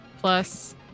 plus